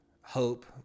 hope